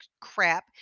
crap